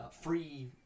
free